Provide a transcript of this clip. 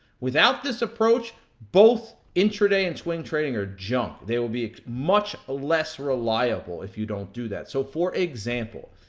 without this approach, both intraday and swing trading are junk. they will be much ah less reliable if you don't do that. so, for example,